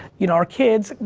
you know our kids,